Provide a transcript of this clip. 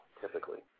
typically